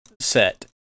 set